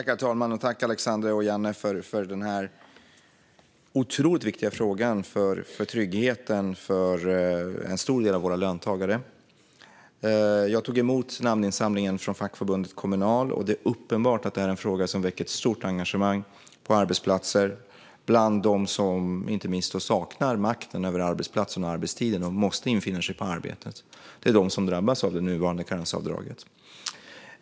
Herr talman! Jag tackar Alexander Ojanne för denna otroligt viktiga fråga om tryggheten för en stor del av våra löntagare. Jag tog emot namninsamlingen från fackförbundet Kommunal, och det är uppenbart att det här är en fråga som väcker ett stort engagemang på arbetsplatser, inte minst bland dem som saknar makt över arbetsplats och arbetstid och måste infinna sig på arbetet, alltså de som drabbas av nuvarande karensavdrag.